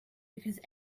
because